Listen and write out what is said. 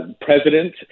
president